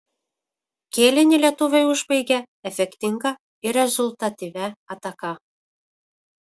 kėlinį lietuviai užbaigė efektinga ir rezultatyvia ataka